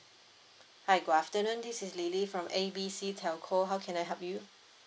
hi good afternoon this is lily from A B C telco how can I help you